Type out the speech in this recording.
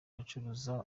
acuruza